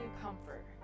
comfort